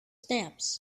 stamps